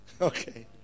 Okay